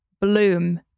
bloom